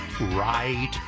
right